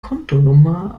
kontonummer